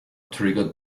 triggered